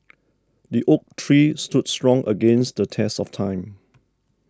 the oak tree stood strong against the test of time